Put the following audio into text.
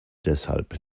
deshalb